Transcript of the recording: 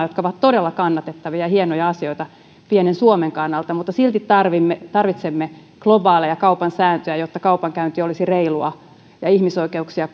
jotka ovat todella kannatettavia ja hienoja asioita pienen suomen kannalta silti tarvitsemme tarvitsemme globaaleja kaupan sääntöjä jotta kaupankäynti olisi reilua ja ihmisoikeuksia